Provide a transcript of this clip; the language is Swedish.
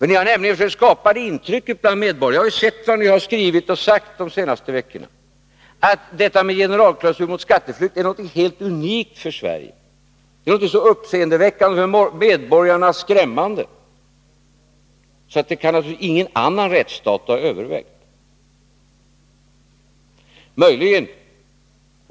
Ni har försökt skapa det intrycket bland medborgarna — jag har sett vad ni har skrivit och sagt de senaste veckorna — att detta med generalklausul mot skatteflykt är någonting helt unikt för Sverige, det är någonting för medborgarna så uppseendeväckande och skrämmande att ingen annan rättsstat kan ha övervägt det.